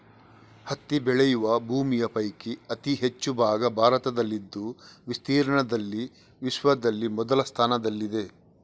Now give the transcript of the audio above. ಹತ್ತಿ ಬೆಳೆಯುವ ಭೂಮಿಯ ಪೈಕಿ ಅತಿ ಹೆಚ್ಚು ಭಾಗ ಭಾರತದಲ್ಲಿದ್ದು ವಿಸ್ತೀರ್ಣದಲ್ಲಿ ವಿಶ್ವದಲ್ಲಿ ಮೊದಲ ಸ್ಥಾನದಲ್ಲಿದೆ